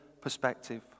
perspective